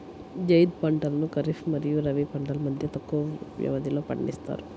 జైద్ పంటలను ఖరీఫ్ మరియు రబీ పంటల మధ్య తక్కువ వ్యవధిలో పండిస్తారు